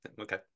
okay